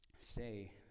say